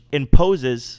imposes